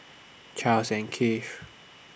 Charles and Keith